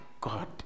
God